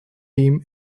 team